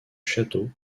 château